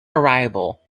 arrival